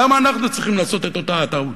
למה אנחנו צריכים לעשות את אותה הטעות?